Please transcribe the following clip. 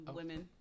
women